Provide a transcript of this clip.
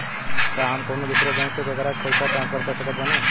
का हम कउनों दूसर बैंक से केकरों के पइसा ट्रांसफर कर सकत बानी?